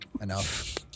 enough